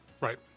Right